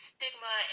stigma